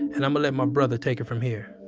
and i'mma let my brother take it from here